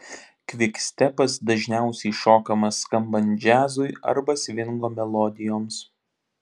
kvikstepas dažniausiai šokamas skambant džiazui arba svingo melodijoms